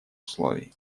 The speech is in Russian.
условий